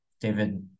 David